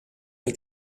nei